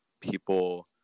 people